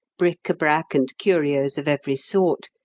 bric-a-brac and curios of every sort,